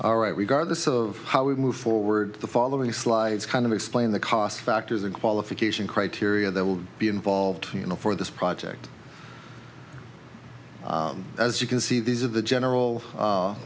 all right regard this of how we move forward the following slides kind of explain the cost factors and qualification criteria that will be involved you know for this project as you can see these are the general